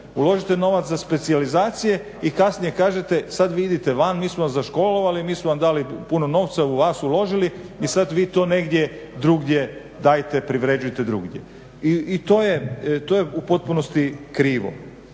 uložite novac za specijalizacije i kasnije kažete sad vi idite van, mi smo vas školovali, mi smo vam dali puno novca u vas uložili i sad vi to negdje drugdje dajte, privređujte drugdje. I to je u potpunosti krivo.